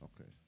Okay